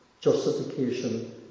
justification